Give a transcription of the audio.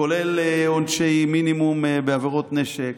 כולל עונשי מינימום בעבירות נשק,